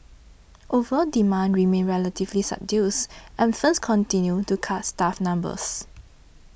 overall demand remained relatively subdued and firms continued to cut staff numbers